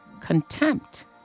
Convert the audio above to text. Contempt